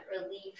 relief